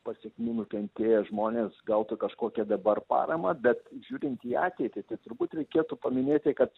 pasekmių nukentėję žmonės gautų kažkokią dabar paramą bet žiūrint į ateitį tai turbūt reikėtų paminėti kad